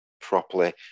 properly